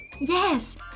Yes